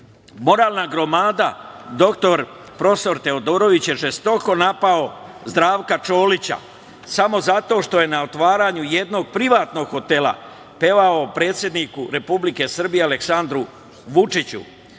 gromada, dr profesor Teodorović, je žestoko napao Zdravka Čolića samo zato što je na otvaranju jednog privatnog hotela pevao predsedniku Republike Srbije, Aleksandru Vučiću.